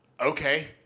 Okay